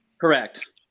Correct